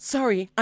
Sorry